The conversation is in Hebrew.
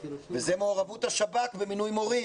וזה מעורבות השב"כ ומינוי מורים.